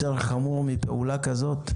יותר חמור מפעולה כזאת?